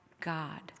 God